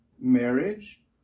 marriage